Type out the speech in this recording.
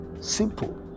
simple